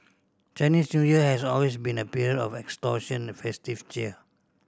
Chinese New Year has always been a period of extortion a festive cheer